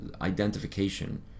identification